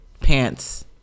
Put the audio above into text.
pants